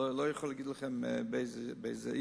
אני לא יכול להגיד לכם באיזו עיר.